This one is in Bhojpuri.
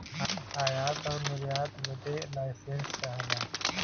आयात आउर निर्यात बदे लाइसेंस चाहला